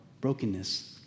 brokenness